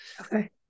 Okay